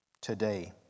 today